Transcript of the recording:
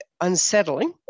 unsettling